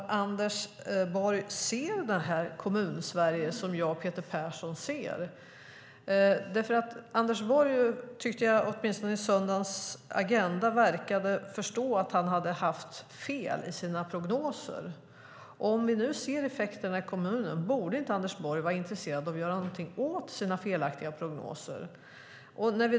Ser Anders Borg det Kommunsverige som jag och Peter Persson ser? Jag tyckte att Anders Borg åtminstone i söndagens Agenda verkade förstå att han hade haft fel i sina prognoser. Om vi nu ser effekterna i kommunerna - borde då inte Anders Borg vara intresserad av att göra någonting åt sina felaktiga prognoser?